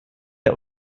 der